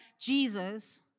Jesus